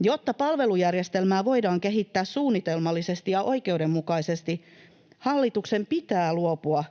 Jotta palvelujärjestelmää voidaan kehittää suunnitelmallisesti ja oikeudenmukaisesti, hallituksen pitää luopua